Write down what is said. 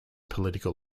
political